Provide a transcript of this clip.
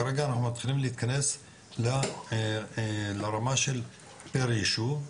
כרגע אנחנו מתחילים להיכנס לרמה של פר יישוב,